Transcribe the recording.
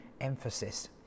emphasis